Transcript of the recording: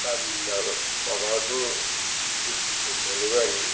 गामिनि नामा माबायाथ' दिखुमपु नोलोबारि